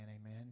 Amen